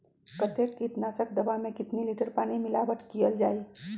कतेक किटनाशक दवा मे कितनी लिटर पानी मिलावट किअल जाई?